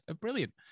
Brilliant